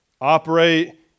operate